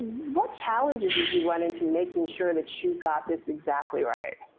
what challenges did you run into making sure that you got this exactly right?